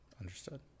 Understood